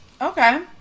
Okay